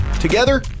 together